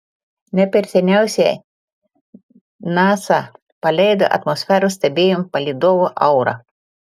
ne per seniausiai nasa paleido atmosferos stebėjimo palydovą aura